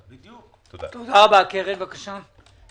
קרן, בבקשה.